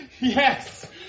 yes